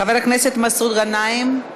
חבר הכנסת מסעוד גנאים,